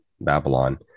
Babylon